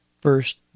first